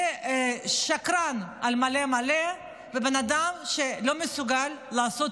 זה שקרן על מלא מלא ובן אדם שלא מסוגל לעשות